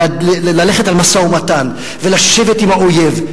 ללכת על משא-ומתן ולשבת עם האויב,